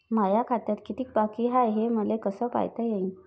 माया खात्यात कितीक बाकी हाय, हे मले कस पायता येईन?